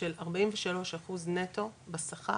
של 43 אחוז נטו בשכר,